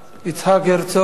יצחק הרצוג,